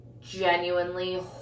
genuinely